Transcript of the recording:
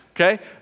okay